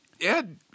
Ed